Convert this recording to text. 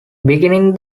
beginning